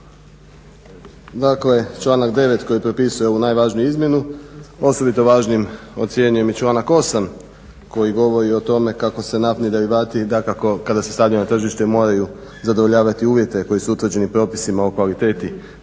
dakle članak 9. koji propisuje ovu najvažniju izmjenu, osobito važnim ocjenjujem i članak 8. koji govori o tome kako naftni derivati dakako kada se stavljaju na tržište moraju zadovoljavati uvjete koji su utvrđeni propisima o kvaliteti